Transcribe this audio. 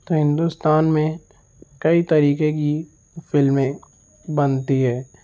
تو ہندوستان میں کئی طریقے کی فلمیں بنتی ہے